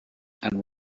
and